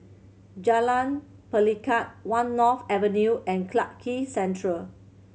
Jalan Pelikat One North Avenue and Clarke Quay Central